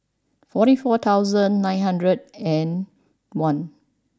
forty four thousand nine hundred and one